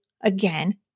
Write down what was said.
again